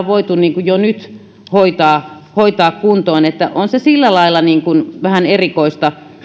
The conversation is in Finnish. voitu jo nyt hoitaa hoitaa kuntoon on se sillä lailla vähän erikoista